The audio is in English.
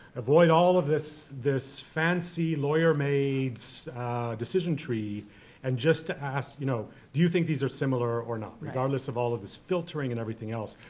avoid all of this this fancy lawyer-made decision tree and just to ask, you know do you think these are similar or not, regardless of all of this filtering and everything else,